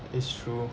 it's true